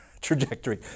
trajectory